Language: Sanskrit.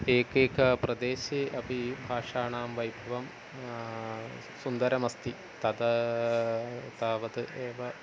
एकैकप्रदेशे अपि भाषाणां वैभवं सुन्दरमस्ति तदा तावत् एव